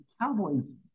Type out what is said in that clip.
Cowboys